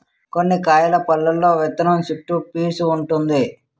కొన్ని కాయల పల్లులో విత్తనం చుట్టూ పీసూ వుంటుంది